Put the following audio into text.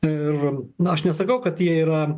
ir na aš nesakau kad jie yra